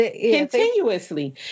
Continuously